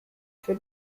für